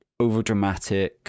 overdramatic